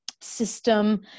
system